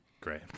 Great